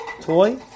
Toy